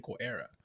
era